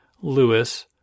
Lewis